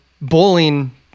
bowling